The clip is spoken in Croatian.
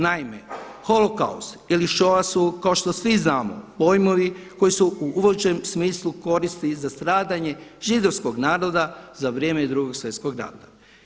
Naime, „holokaust“ ili … kao što svi znamo pojmovi koji se u većem smislu koristi i za stradanje Židovskog naroda za vrijeme Drugog svjetskog rata.